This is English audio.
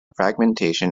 fragmentation